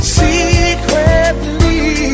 secretly